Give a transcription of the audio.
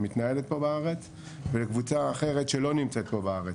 שמתנהלת פה בארץ ולקבוצה אחרת שלא נמצאת פה בארץ.